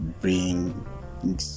bring